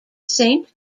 saint